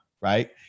right